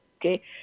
okay